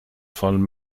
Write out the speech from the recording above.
von